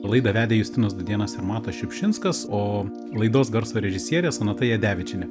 laidą vedė justinas dudėnas ir matas šiupšinskas o laidos garso režisierė sonata jadevičienė